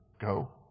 go